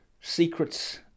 secrets